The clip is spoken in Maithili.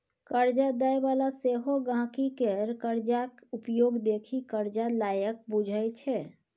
करजा दय बला सेहो गांहिकी केर करजाक उपयोग देखि करजा लायक बुझय छै